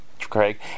craig